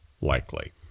Likely